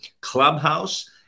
clubhouse